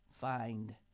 find